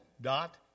dot